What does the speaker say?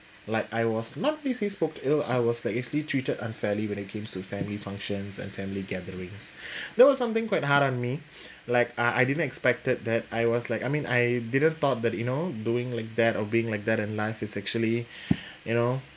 like I was not really say spoke ill I was like actually treated unfairly when it came to family functions and family gatherings that was something quite hard on me like uh I didn't expected that I was like I mean I didn't thought that you know doing like that or being like that in life is actually you know